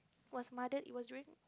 was mother it was during